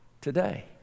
today